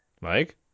Mike